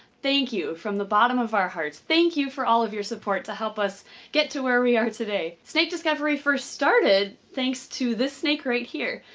thank you from the bottom of our hearts thank you for all of your support to help us get to where we are today snake discovery first started thanks to this snake right here.